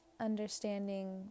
understanding